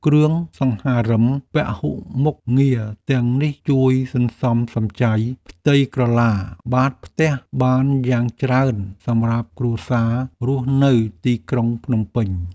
គ្រឿងសង្ហារិមពហុមុខងារទាំងនេះជួយសន្សំសំចៃផ្ទៃក្រឡាបាតផ្ទះបានយ៉ាងច្រើនសម្រាប់គ្រួសាររស់នៅទីក្រុងភ្នំពេញ។